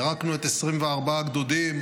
פירקנו את 24 הגדודים,